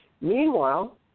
Meanwhile